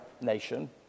nation